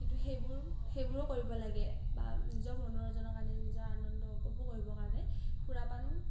কিন্তু সেইবোৰ সেইবোৰো কৰিব লাগে বা নিজৰ মনোৰঞ্জনৰ কাৰণে নিজৰ আনন্দ উপভোগ কৰিবৰ কাৰণে সুৰাপানো